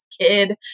kid